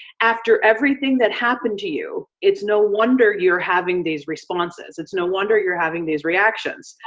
after everything that happened to you, it's no wonder you're having these responses, it's no wonder you're having these reactions.